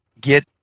get